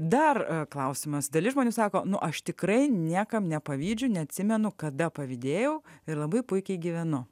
dar klausimas dalis žmonių sako nu aš tikrai niekam nepavydžiu neatsimenu kada pavydėjau ir labai puikiai gyvenu